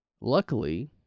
Luckily